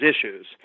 issues